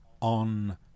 on